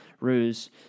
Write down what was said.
ruse